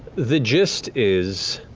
the gist is,